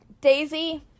Daisy